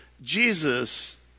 Jesus